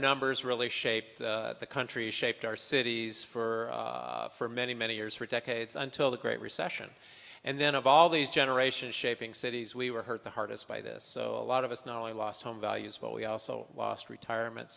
numbers really shaped the country shaped our cities for for many many years for decades until the great recession and then of all these generations shaping cities we were hurt the hardest by this so a lot of us not only lost home values but we also lost retirement